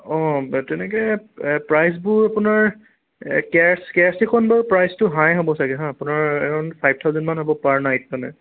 অঁ তেনেকে প্ৰাইজবোৰ আপোনাৰ কে আৰ চি খন বাৰু প্ৰাইছটো হাই হ'ব চাগে হাঁ আপোনাৰ এৰাউণ্ড ফাইভ থাউজেণ্ড মান হ'ব পাৰ নাইট মানে